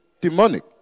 demonic